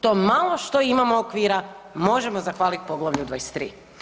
To malo što imamo okvira možemo zahvaliti poglavlju 23.